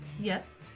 Yes